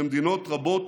ומדינות רבות